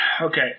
okay